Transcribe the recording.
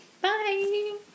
Bye